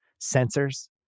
sensors